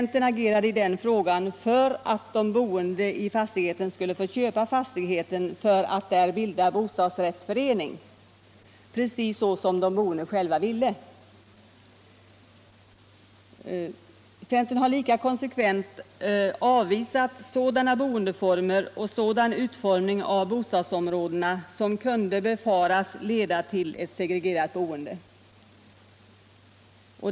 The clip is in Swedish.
Centern agerade i den frågan för att de boende i fastigheten skulle få köpa fastigheten för att bilda bostadsrättsförening, precis så som de själva ville. Centern har lika konsekvent avvisat sådana boendeformer och sådan utformning av bostadsområdena som kunde befaras leda till segregerat boende.